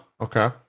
Okay